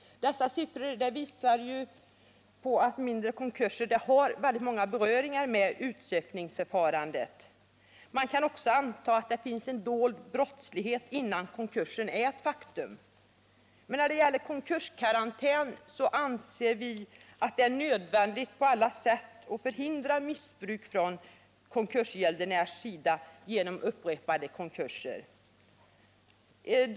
Dessa siffror visar att mindre konkurser har många beröringspunkter med utsökningsförfarandet. Man kan också anta att det finns en dold brottslighet innan konkursen är ett faktum. När det gäller frågan om konkurskarantän anser vi det nödvändigt att på alla sätt förhindra missbruk från konkursgäldenärs sida genom upprepade konkurser.